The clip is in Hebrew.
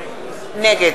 נגד